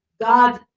God